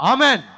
Amen